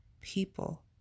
people